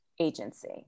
agency